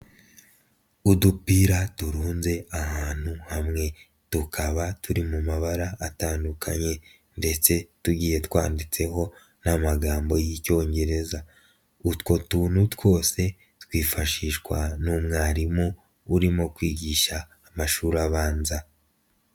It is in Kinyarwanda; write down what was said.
Udupira turunze ahantu hamwe, tukaba turi mu mabara atandukanye ndetse tugiye twanditseho n'amagambo y'icyongereza, utwo tuntu twose twifashishwa n'umwarimu urimo kwigisha mu mashuri abanza.